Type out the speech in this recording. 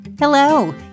Hello